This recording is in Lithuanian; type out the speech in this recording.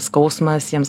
skausmas jiems